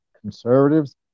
conservatives